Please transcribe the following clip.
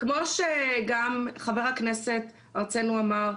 כמו שגם חבר הכנסת הרצנו אמר,